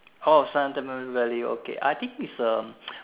oh sentimental value okay I think is a